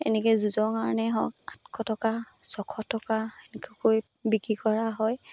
এনেকৈ যুঁজৰ কাৰণেই হওক সাতশ টকা ছশ টকা এনেকৈ বিক্ৰী কৰা হয়